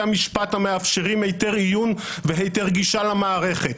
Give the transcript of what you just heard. המשפט המאפשרים היתר עיון והיתר גישה למערכת.